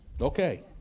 Okay